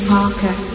Parker